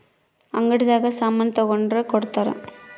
ಅಂಗಡಿ ದಾಗ ಸಾಮನ್ ತಗೊಂಡ್ರ ಕೊಡ್ತಾರ